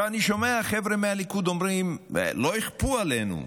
אני שומע חבר'ה מהליכוד אומרים: לא יכפו עלינו,